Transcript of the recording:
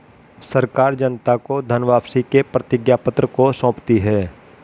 सरकार जनता को धन वापसी के प्रतिज्ञापत्र को सौंपती है